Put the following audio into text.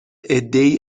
عدهای